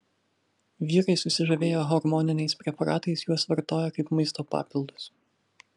vyrai susižavėję hormoniniais preparatais juos vartoja kaip maisto papildus